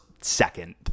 second